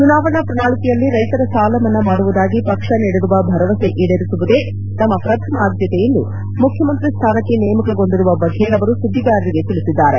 ಚುನಾವಣೆ ಪ್ರಣಾಳಿಕೆಯಲ್ಲಿ ರೈತರ ಸಾಲಮನ್ನಾ ಮಾಡುವುದಾಗಿ ಪಕ್ಷ ನೀಡಿರುವ ಭರವಸೆ ಈಡೇರಿಸುವುದೇ ತಮ್ಮ ಪ್ರಥಮ ಆದ್ಯತೆ ಎಂದು ಮುಖ್ಯಮಂತ್ರಿ ಸ್ಥಾನಕ್ಕೆ ನೇಮಕಗೊಂಡಿರುವ ಬಫೇಲ್ ಅವರು ಸುದ್ದಿಗಾರರಿಗೆ ತಿಳಿಸಿದ್ದಾರೆ